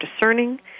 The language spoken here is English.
discerning